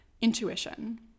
Intuition